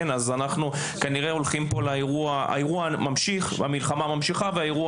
אנו כנראה הולכים המלחמה ממשיכה והאירוע